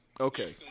Okay